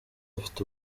afite